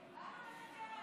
באנו לתקן.